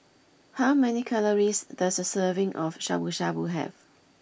how many calories does a serving of Shabu Shabu have